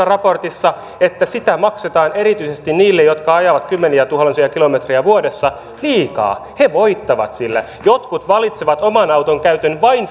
raportissa että sitä maksetaan erityisesti niille jotka ajavat kymmeniätuhansia kilometrejä vuodessa liikaa he voittavat sillä jotkut valitsevat oman auton käytön vain